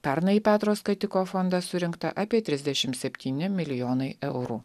pernai į petro skatiko fondą surinkta apie trisdešim septyni milijonai eurų